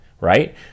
right